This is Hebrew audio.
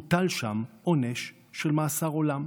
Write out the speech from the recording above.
הוטל שם עונש של מאסר עולם.